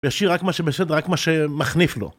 ישיר רק מה שבסדר, רק מה שמחניף לו.